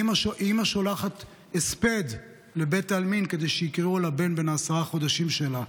אימא שולחת הספד לבית העלמין כדי שיקראו על הבן בן עשרת החודשים שלה.